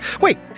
Wait